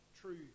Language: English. true